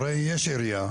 הרי יש עירייה,